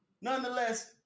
nonetheless